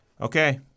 Okay